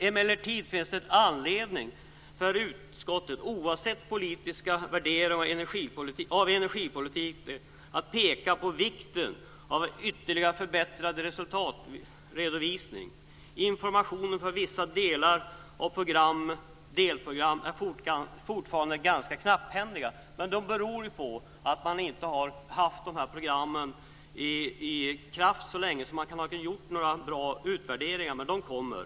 Emellertid finns det anledning för utskottet - oavsett politiska värderingar av energipolitiken - att peka på vikten av en ytterligare förbättrad resultatredovisning. Informationen för vissa av delprogrammen är fortfarande ganska knapphändig. Men det beror ju på att man inte har haft de här programmen i gång så länge. Man har inte kunnat göra några bra utvärderingar, men de kommer.